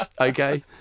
Okay